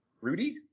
Rudy